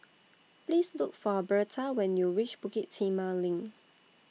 Please Look For Birtha when YOU REACH Bukit Timah LINK